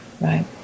right